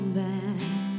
back